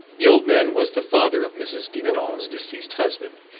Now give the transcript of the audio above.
the old man was the father of mrs. devenant's deceased husband,